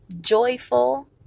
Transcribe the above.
joyful